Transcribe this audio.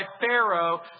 Pharaoh